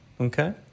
Okay